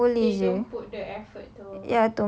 asal boleh jer